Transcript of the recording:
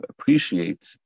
appreciate